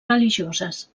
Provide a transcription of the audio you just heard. religioses